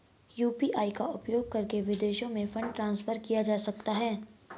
UPI का उपयोग करके विदेशों में फंड ट्रांसफर किया जा सकता है?